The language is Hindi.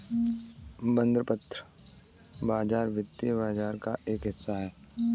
बंधपत्र बाज़ार वित्तीय बाज़ार का एक हिस्सा है